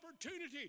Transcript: opportunity